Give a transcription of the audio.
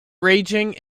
raging